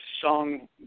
song